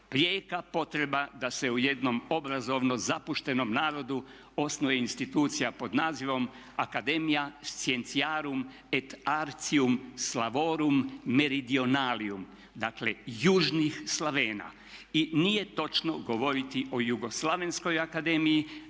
prijeka potreba da se u jednom obrazovno zapuštenom narodu osnuje institucija pod nazivom Academia scientiarum et artium Slavorum meridionalium – dakle južnih Slavena. I nije točno govoriti o jugoslavenskoj akademiji